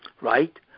right